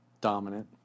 Dominant